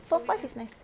four five is nice